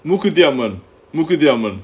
mookuthi amman mookuthi amman